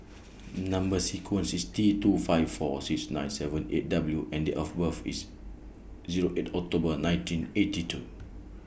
Number sequence IS T two five four six nine seven eight W and Date of birth IS Zero eight October nineteen eighty two